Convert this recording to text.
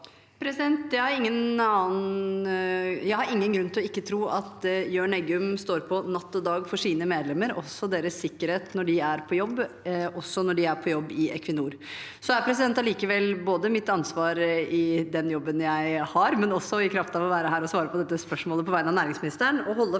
Jeg har ingen grunn til ikke å tro at Jørn Eggum står på natt og dag for sine medlemmer og deres sikkerhet når de er på jobb – også når de er på jobb i Equinor. Mitt ansvar i den jobben jeg har, men også i kraft av å være her og svare på dette spørsmålet på vegne av næringsministeren,